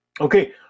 Okay